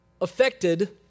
affected